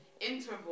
Interval